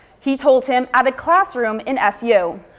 he told him at a classroom in su.